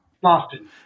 Boston